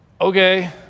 okay